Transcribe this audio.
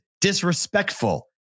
disrespectful